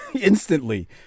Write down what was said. instantly